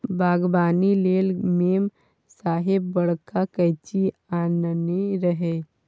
बागबानी लेल मेम साहेब बड़का कैंची आनने रहय